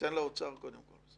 ניתן לאוצר, קודם כל.